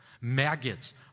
Maggots